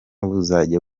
buzajya